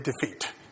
defeat